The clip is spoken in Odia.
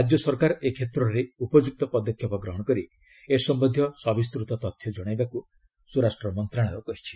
ରାଜ୍ୟ ସରକାର ଏ କ୍ଷେତ୍ରରେ ଉପଯୁକ୍ତ ପଦକ୍ଷେପ ଗ୍ରହଣ କରି ଏ ସମ୍ଭନ୍ଧୀୟ ସବିସ୍ତୃତ ତଥ୍ୟ ଜଣାଇବାକୁ ସ୍ୱରାଷ୍ଟ୍ର ମନ୍ତ୍ରଣାଳୟ କହିଛି